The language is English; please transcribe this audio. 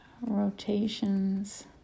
Rotations